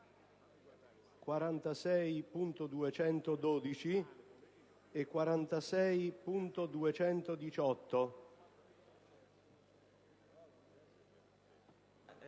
46.212 e 46.218.